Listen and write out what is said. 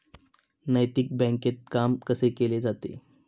नैतिक बँकेत काम कसे केले जाते?